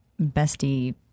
bestie